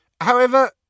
However